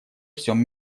всем